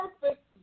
perfect